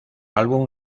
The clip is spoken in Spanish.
álbum